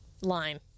line